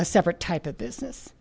a separate type of business